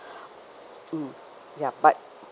{oh] ya but